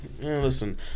Listen